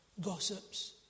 gossips